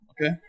okay